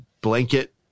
blanket